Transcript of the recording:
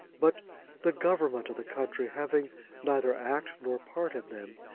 but the government of the country, having neither act nor part in them,